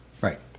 Right